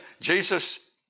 Jesus